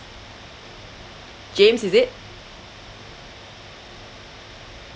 james is it